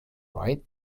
right